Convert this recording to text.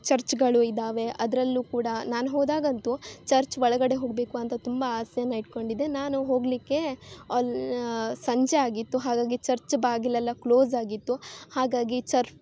ಚರ್ಚ್ಗಳು ಇದಾವೆ ಅದರಲ್ಲೂ ಕೂಡ ನಾನು ಹೋದಾಗಂತೂ ಚರ್ಚ್ ಒಳಗಡೆ ಹೋಗಬೇಕು ಅಂತ ತುಂಬ ಆಸೆನ ಇಟ್ಕೊಂಡಿದ್ದೆ ನಾನು ಹೋಗಲಿಕ್ಕೆ ಅಲ್ಲಿ ಸಂಜೆ ಆಗಿತ್ತು ಹಾಗಾಗಿ ಚರ್ಚ್ ಬಾಗಿಲೆಲ್ಲ ಕ್ಲೋಸ್ ಆಗಿತ್ತು ಹಾಗಾಗಿ ಚರ್ಚ್